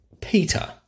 Peter